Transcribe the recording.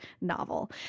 novel